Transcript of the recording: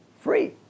free